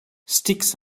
sticks